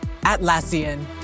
Atlassian